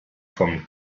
vom